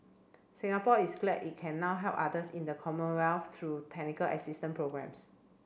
Singapore is glad it can now help others in the Commonwealth through technical assistance programs